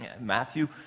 Matthew